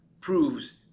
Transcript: proves